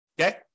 Okay